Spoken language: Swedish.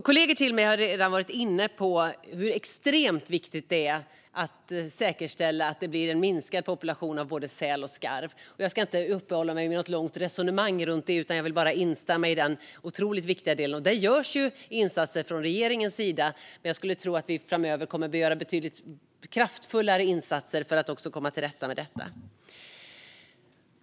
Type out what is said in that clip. Kollegor till mig har redan varit inne på hur extremt viktigt det är att säkerställa att det blir en minskad population av både säl och skarv. Jag ska inte uppehålla mig vid något långt resonemang runt detta, utan jag vill bara instämma i hur otroligt viktigt det är. Där görs insatser från regeringens sida, men jag skulle tro att vi framöver kommer att behöva göra betydligt kraftfullare insatser för att komma till rätta med detta.